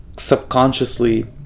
Subconsciously